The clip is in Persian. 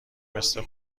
مثل